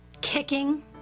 kicking